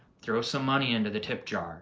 throw some money into the tip jar.